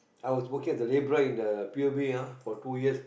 I was working as the labourer in the p_u_b ah for two years